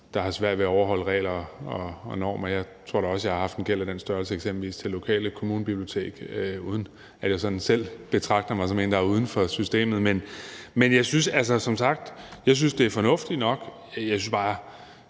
der har svært ved at overholde regler og normer. Jeg tror da også, at jeg har haft en gæld af den størrelse til eksempelvis det lokale kommunebibliotek, uden at jeg selv sådan betragter mig som en, der er uden for systemet. Men jeg synes som sagt, at det er fornuftigt nok. Jeg synes bare